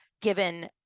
given